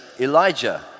Elijah